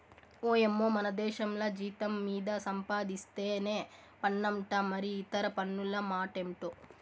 ఓయమ్మో మనదేశంల జీతం మీద సంపాధిస్తేనే పన్నంట మరి ఇతర పన్నుల మాటెంటో